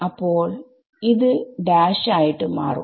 അപ്പോൾ ഇത് ആയിട്ട് മാറും